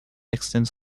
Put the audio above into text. extends